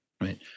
right